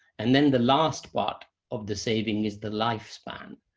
and then the last part of the saving is the lifespan.